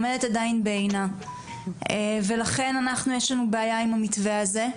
עומדת עדיין בעינה ולכן יש לנו בעיה עם המתווה הזה.